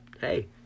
hey